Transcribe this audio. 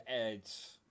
ads